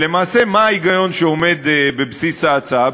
למעשה, מה ההיגיון שעומד בבסיס ההצעה?